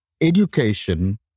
education